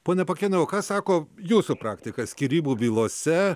pone pakėnai o ką sako jūsų praktika skyrybų bylose